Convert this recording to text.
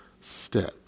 step